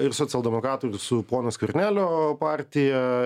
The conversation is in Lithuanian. ir socialdemokratų ir su pono skvernelio partija